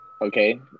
Okay